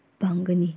ꯐꯪꯒꯅꯤ